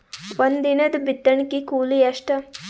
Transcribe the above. ಒಂದಿನದ ಬಿತ್ತಣಕಿ ಕೂಲಿ ಎಷ್ಟ?